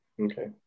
Okay